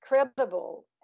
incredible